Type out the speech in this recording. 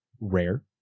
rare